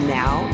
now